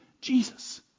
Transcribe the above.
Jesus